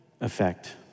effect